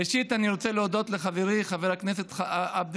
ראשית אני רוצה להודות לחברי חבר הכנסת עבד